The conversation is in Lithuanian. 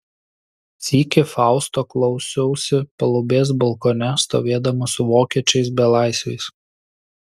sykį fausto klausiausi palubės balkone stovėdama su vokiečiais belaisviais